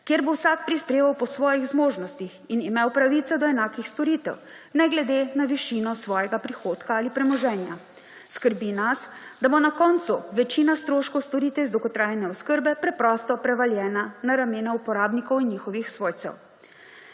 kjer bo vsak prispeval po svojih zmožnostih in imel pravico do enakih storitev ne glede na višino svojega prihodka ali premoženja. Skrbi nas, da bo na koncu večina stroškov storitev iz dolgotrajne oskrbe preprosto prevaljena na ramena uporabnikov in njihovih svojcev.